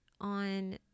on